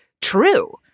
true